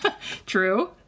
True